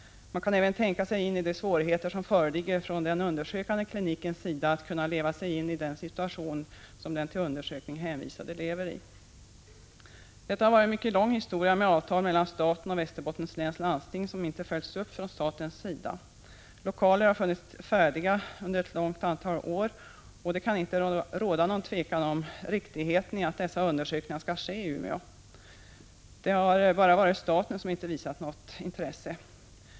Man kan även tänka sig in i de svårigheter som föreligger från den undersökande klinikens sida då det gäller att kunna sätta sig in i den situation som den till undersökning hänvisade lever i. Detta har varit en mycket lång historia om avtal mellan staten och Västerbottens läns landsting, vilka inte följts upp från statens sida. Lokaler har funnits färdiga ett stort antal år, och det kan inte råda något tvivel om riktigheten i att dessa undersökningar skall ske i Umeå. Det har bara varit staten som inte visat något intresse.